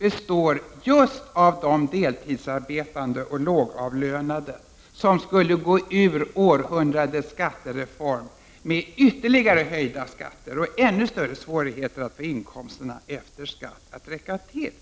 är just de deltidsarbetande och lågavlönade som skulle gå ur århundradets skattereform med ytterligare höjda skatter och ännu större svårigheter att få inkomsterna efter skatt att räcka till.